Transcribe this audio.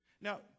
Now